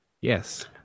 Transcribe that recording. Yes